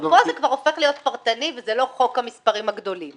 פה זה כבר הופך להיות פרטני וזה לא חוק המספרים הגדולים.